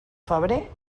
febrer